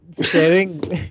sharing